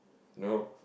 nope